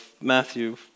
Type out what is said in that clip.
Matthew